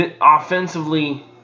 Offensively